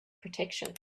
protection